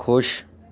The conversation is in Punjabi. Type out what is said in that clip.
ਖੁਸ਼